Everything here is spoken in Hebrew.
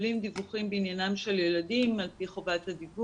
בעיקר מדווחים כרגע על פניות במקרים קשים